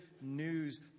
news